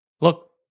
Look